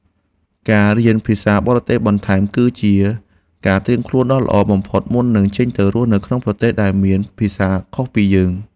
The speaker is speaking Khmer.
ការរៀនភាសាបរទេសបន្ថែមគឺជាការត្រៀមខ្លួនដ៏ល្អបំផុតមុននឹងចេញទៅរស់នៅក្នុងប្រទេសដែលមានភាសាខុសពីយើង។